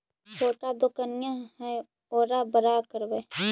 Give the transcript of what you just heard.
छोटा दोकनिया है ओरा बड़ा करवै?